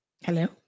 Hello